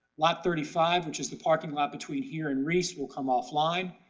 lot thirty five, which is the parking lot between here and reece, will come offline.